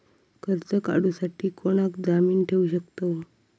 कर्ज काढूसाठी कोणाक जामीन ठेवू शकतव?